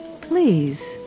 Please